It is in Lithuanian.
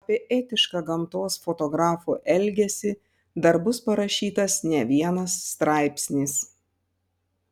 apie etišką gamtos fotografo elgesį dar bus parašytas ne vienas straipsnis